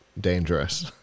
dangerous